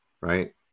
right